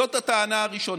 זאת הטענה הראשונה.